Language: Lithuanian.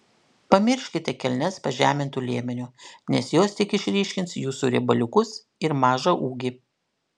pamirškite kelnes pažemintu liemeniu nes jos tik išryškins jūsų riebaliukus ir mažą ūgį